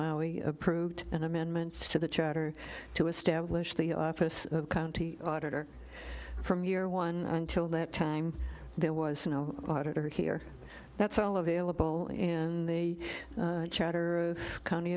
approved an amendment to the charter to establish the office of county auditor from year one until that time there was no auditor here that's all available in the county